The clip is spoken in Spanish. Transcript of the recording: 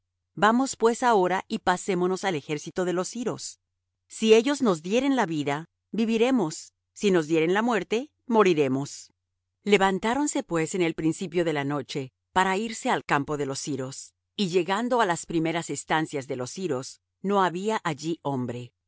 vamos pues ahora y pasémonos al ejército de los siros si ellos nos dieren la vida viviremos y si nos dieren la muerte moriremos levantáronse pues en el principio de la noche para irse al campo de los siros y llegando á las primeras estancias de los siros no había allí hombre